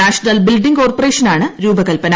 national building കോർപ്പറേഷനാണ് രൂപകൽപ്പന